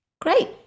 Great